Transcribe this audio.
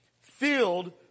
filled